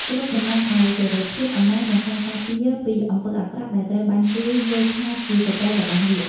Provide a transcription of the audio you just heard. គ្រុឌតំណាងឲ្យសេរីភាព អំណាច និងការការពារពីអំពើអាក្រក់ដែលត្រូវបានគេយល់ថាជាសត្រូវរបស់នាគ។